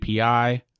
API